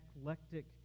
eclectic